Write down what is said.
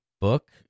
book